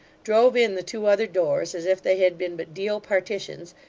drove in the two other doors, as if they had been but deal partitions,